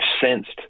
sensed